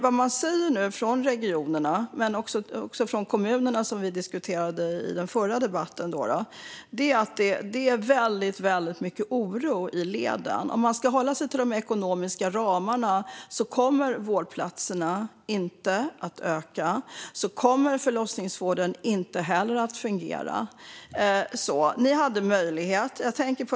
Vad man nu säger från regionerna - men också från kommunerna, som vi diskuterade i den förra debatten - är att det är väldigt mycket oro i leden. Om man ska hålla sig inom de ekonomiska ramarna kommer vårdplatserna inte att öka och förlossningsvården inte att fungera. Ni hade möjlighet.